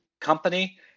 company